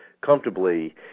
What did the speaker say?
comfortably